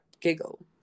giggle